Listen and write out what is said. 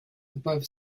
above